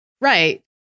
Right